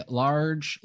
large